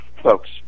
folks